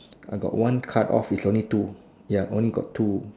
I got one cut off is only two ya only got two